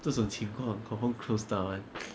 这种情况 confirm close down [one]